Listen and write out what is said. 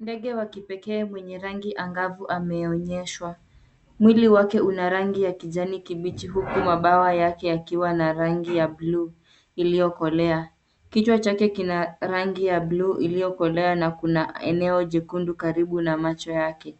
Ndege wa kipekee mwenye rangi angavu ameonyeshwa. Mwili wake una rangi ya kijani kibichi huku mabawa yake yakiwa na rangi ya bluu iliyokolea. Kichwa chake kina rangi ya bluu iliyokolewa na kuna eneo jekundu karibu na macho yake.